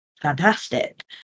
Fantastic